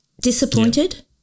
Disappointed